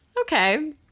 Okay